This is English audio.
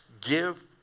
give